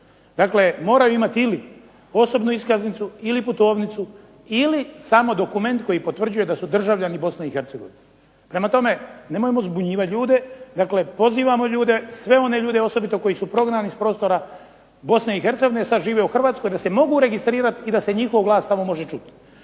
Dakle, moraju imati ili osobnu iskaznicu, ili putovnicu, ili samo dokument koji potvrđuje da su državljani Bosne i Hercegovine. Prema tome, nemojmo zbunjivati ljude. Dakle, pozivamo ljude sve one ljude osobito koji su prognani s prostora Bosne i Hercegovine a sada žive u Hrvatskoj da se mogu registrirati i da se njihov glas tamo može čuti.